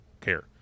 care